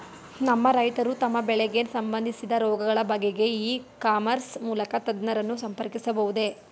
ನಮ್ಮ ರೈತರು ತಮ್ಮ ಬೆಳೆಗೆ ಸಂಬಂದಿಸಿದ ರೋಗಗಳ ಬಗೆಗೆ ಇ ಕಾಮರ್ಸ್ ಮೂಲಕ ತಜ್ಞರನ್ನು ಸಂಪರ್ಕಿಸಬಹುದೇ?